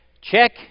Check